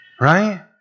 Right